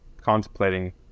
contemplating